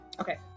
Okay